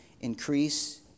increase